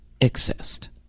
exist